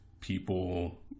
people